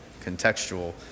contextual